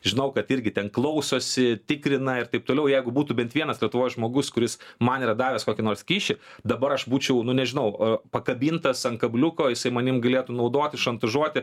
žinau kad irgi ten klausosi tikrina ir taip toliau jeigu būtų bent vienas lietuvoj žmogus kuris man yra davęs kokį nors kyšį dabar aš būčiau nu nežinau a pakabintas an kabliuko jisai manim galėtų naudotis šantažuoti